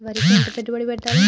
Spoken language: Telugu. వరికి ఎంత పెట్టుబడి పెట్టాలి?